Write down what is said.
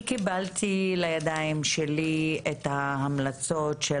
אני קיבלתי לידיים שלי את ההמלצות של